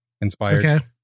inspired